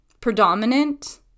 predominant